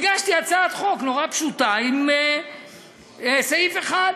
הגשתי הצעת חוק נורא פשוטה, עם סעיף אחד.